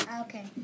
Okay